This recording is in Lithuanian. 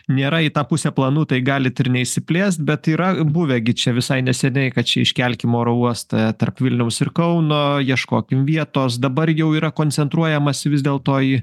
nėra į tą pusę planų tai galit ir neišsiplėst bet yra buvę gi čia visai neseniai kad čia iškelkim oro uostą tarp vilniaus ir kauno ieškokim vietos dabar jau yra koncentruojamas vis dėl to į